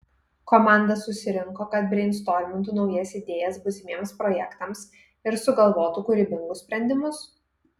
komanda susirinko kad breistormintų naujas idėjas būsimiems projektams ir sugalvotų kūrybingus sprendimus